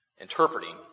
interpreting